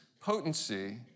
potency